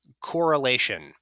correlation